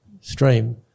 stream